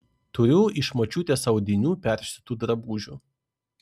turiu iš močiutės audinių persiūtų drabužių